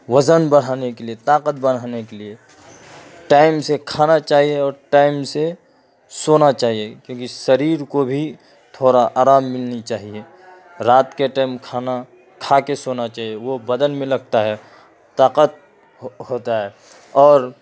وزن بڑھانے کے لیے طاقت بڑھانے کے لیے ٹائم سے کھانا چاہیے اور ٹائم سے سونا چاہیے کیونکہ شریر کو بھی تھوڑا آرام ملنا چاہیے رات کے ٹائم کھانا کھا کے سونا چاہیے وہ بدن میں لگتا ہے طاقت ہوتا ہے اور